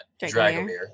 Dragomir